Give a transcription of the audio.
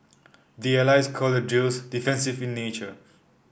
the allies call the drills defensive in nature